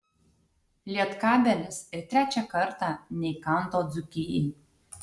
lietkabelis ir trečią kartą neįkando dzūkijai